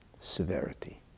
severity